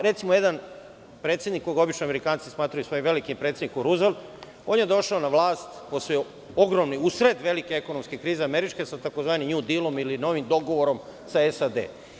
Recimo, jedan predsednik koga obično Amerikanci smatraju svojim velikim predsednikom, Ruzvelt, on je došao na vlast u sred velike američke ekonomske krize sa tzv. „nju dilom“ ili novim dogovorom sa SAD.